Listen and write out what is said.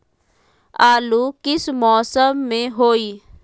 आलू किस मौसम में होई?